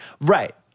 Right